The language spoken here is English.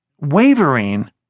wavering